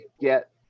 get